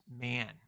man